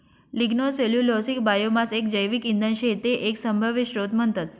lignocellulosic biomass एक जैविक इंधन शे ते एक सभव्य स्त्रोत म्हणतस